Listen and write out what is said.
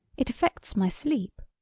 it affects my sleep.